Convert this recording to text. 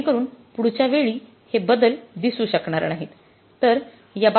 जेणेकरून पुढच्या वेळी हे बदल दिसू शकणार नाहीत